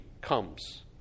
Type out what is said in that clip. comes